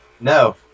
No